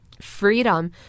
freedom